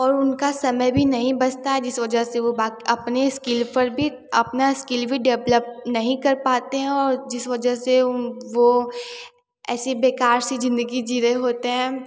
और उनका समय भी नहीं बचता जिस वजह से वो बाक अपने स्किल पर भी अपना स्किल भी डेवलप नहीं कर पाते हैं और जिस वजह से उन वो ऐसी बेकार सी ज़िन्दगी जी रहे होते हैं